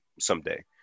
someday